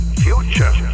future